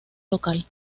local